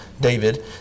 David